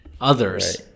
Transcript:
others